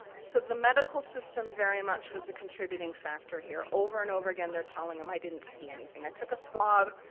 so, the medical system very much was a contributing factor here. over and over again they're telling em, i didn't see anything. i took a swab,